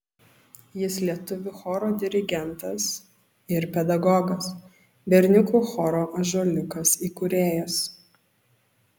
jis lietuvių choro dirigentas ir pedagogas berniukų choro ąžuoliukas įkūrėjas